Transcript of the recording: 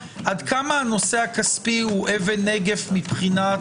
עד כמה הנושא הכספי הוא אבן נגף מבחינת